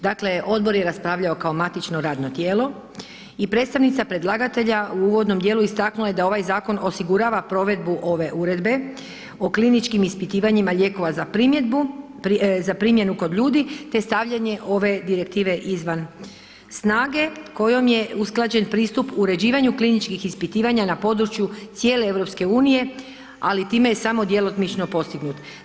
Dakle, odbor je raspravljao kao matično radno tijelo i predstavnica predlagatelja u uvodnom djelu je istaknula da ovaj zakon osigurava provedbu ove uredbe o kliničkim ispitivanjima lijekova za primjenu kod ljudi te stavljanje ove direktive izvan snage kojom je usklađen pristup uređivanju kliničkih ispitivanja na području cijele EU ali time je samo djelomično postignut.